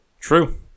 True